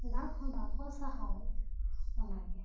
ᱫᱟᱜ ᱦᱚ ᱸ ᱵᱟᱠᱚ ᱥᱟᱦᱟᱣ ᱮᱫ ᱟ ᱚᱱᱟ ᱜᱮ